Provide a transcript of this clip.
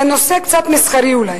לנושא קצת מסחרי אולי,